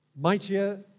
Mightier